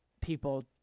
people